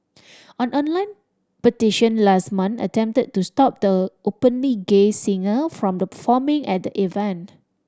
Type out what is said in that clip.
an online petition last month attempted to stop the openly gay singer from the performing at the event